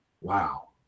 Wow